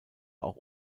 auch